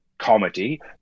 comedy